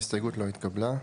0 ההסתייגות לא התקבלה.